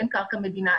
אין קרקע מדינה.